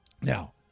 Now